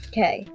Okay